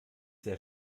sehr